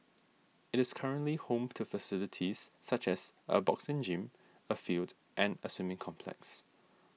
it is currently home to facilities such as a boxing gym a field and a swimming complex